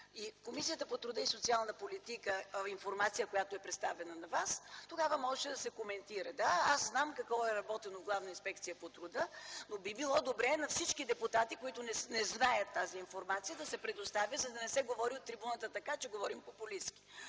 в Комисията по труда и социална политика информация, която е представена на Вас, тогава можеше да се коментира. (Реплика от народния представител Искра Фидосова.) Да, аз знам какво е работено в Главна инспекция по труда, но би било добре на всички депутати, които не знаят тази информация, тя да се предоставя, за да не се говори от трибуната така, че говорим популистки.